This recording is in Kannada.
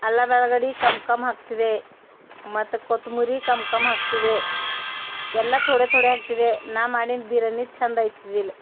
ಅಲ್ಲ ಬೆಳಗಡಿ ಕಮ್ ಕಮ್ ಹಾಕ್ತಿದೆ ಮತ್ತು ಕೊತ್ಮುರಿ ಕಮ್ ಕಮ್ ಹಾಕ್ತಿದ್ದೆ ಎಲ್ಲ ಥೊಡೆ ಥೊಡೆ ಹಾಕ್ತಿದ್ದೆ ನಾ ಮಾಡಿಂದು ಬಿರ್ಯಾನಿ ಚಂದ ಆಯ್ತಿದಿಲ್ಲ